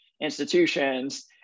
institutions